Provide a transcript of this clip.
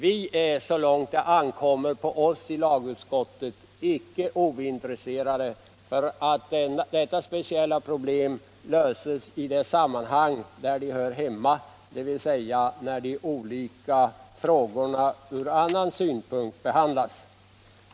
Vi är — så långt det ankommer på oss i lagutskottet — inte ointresserade av att dessa speciella problem löses i de sammanhang där de hör hemma, Homosexuella samlevandes Sociala rättigheter Homosexuella samlevandes sociala rättigheter dvs. när de olika frågorna behandlas ur andra synvinklar.